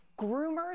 groomers